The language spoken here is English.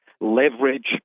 leverage